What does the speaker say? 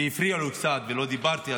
כי הפריעו לי קצת ולא דיברתי,